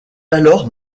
alors